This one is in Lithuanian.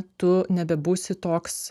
tu nebebūsi toks